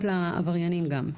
אנחנו עושים הנחות לעבריינים גם,